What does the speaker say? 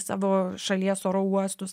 savo šalies oro uostus